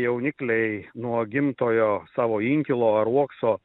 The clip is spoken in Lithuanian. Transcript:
jaunikliai nuo gimtojo savo inkilo ar uokso